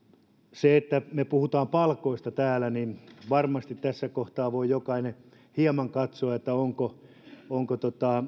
me puhumme palkoista täällä ja varmasti tässä kohtaa voi jokainen hieman katsoa ovatko ovatko